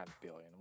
billion